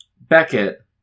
Beckett